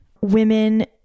women